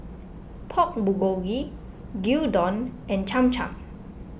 Pork Bulgogi Gyudon and Cham Cham